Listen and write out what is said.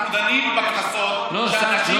אנחנו דנים בקנסות שאנשים חוטפים עכשיו.